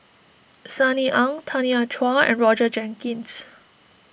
Sunny Ang Tanya Chua and Roger Jenkins